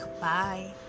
bye